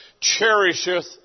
Cherisheth